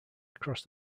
across